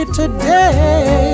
today